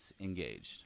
engaged